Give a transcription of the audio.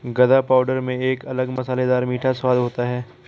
गदा पाउडर में एक अलग मसालेदार मीठा स्वाद होता है